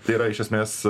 tai yra iš esmės